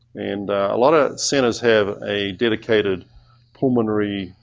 and a lot of centers have a dedicated pulmonary,